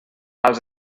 als